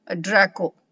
Draco